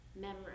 memory